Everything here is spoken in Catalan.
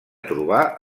trobar